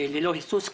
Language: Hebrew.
ללא היסוס,